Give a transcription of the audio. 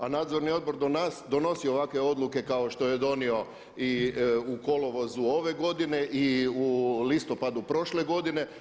A nadzorni odbor donosi ovakve odluke kao što je donio i u kolovozu ove godine, i u listopadu prošle godine.